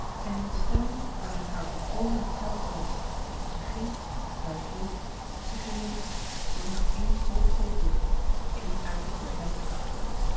en in eene stemming waarin het haar volkomen hetzelfde was of zij ging of thuis bleef zich gereed zonder één hoopvollen blik ééne uiting van blijdschap